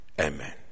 Amen